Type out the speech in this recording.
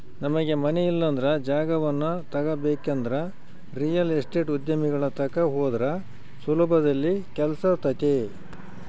ನಮಗೆ ಮನೆ ಇಲ್ಲಂದ್ರ ಜಾಗವನ್ನ ತಗಬೇಕಂದ್ರ ರಿಯಲ್ ಎಸ್ಟೇಟ್ ಉದ್ಯಮಿಗಳ ತಕ ಹೋದ್ರ ಸುಲಭದಲ್ಲಿ ಕೆಲ್ಸಾತತೆ